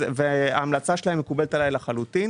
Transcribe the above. וההמלצה שלהם מקובלת עליי לחלוטין